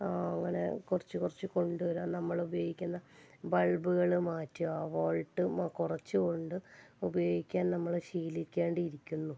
അ അങ്ങനെ കുറച്ചു കുറച്ച് കൊണ്ടുവരാൻ നമ്മൾ ഉപയോഗിക്കുന്ന ബൾബുകൾ മാറ്റുക വോൾട്ട് മ കുറച്ചു കൊണ്ട് ഉപയോഗിക്കാൻ നമ്മൾ ശീലിക്കേണ്ടിയിരിക്കുന്നു